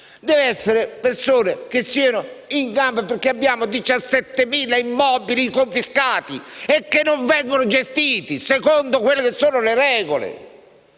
deve essere composta da persone in gamba perché abbiamo 17.000 immobili confiscati e che non vengono gestiti secondo quelle che sono le regole!